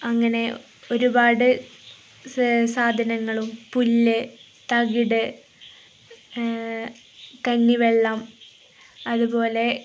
അങ്ങനെ ഒരുപാട് സാധനങ്ങളും പുല്ല് തവിട് കഞ്ഞിവെള്ളം അതുപോലെ